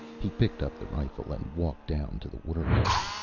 he picked up the rifle and walked down to the waterhole.